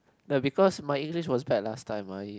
no because my English was bad last time my